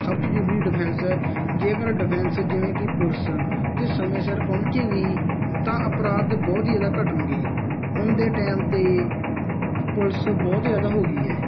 ਸਭ ਤੋਂ ਜ਼ਰੂਰੀ ਡਿਫੈਂਸ ਹੈ ਜੇਕਰ ਡਿਫੈਂਸ ਜਿਵੇਂ ਕਿ ਪੁਲਿਸ ਜੇ ਸਮੇਂ ਸਿਰ ਪਹੁੰਚੇਗੀ ਤਾਂ ਅਪਰਾਧ ਬਹੁਤ ਹੀ ਜ਼ਿਆਦਾ ਘਟਣਗੇ ਹੁਣ ਦੇ ਟਾਈਮ 'ਤੇ ਪੁਲਿਸ ਬਹੁਤ ਜ਼ਿਆਦਾ ਹੋ ਗਈ ਹੈ